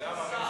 שר?